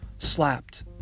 slapped